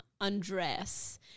undress